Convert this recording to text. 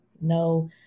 no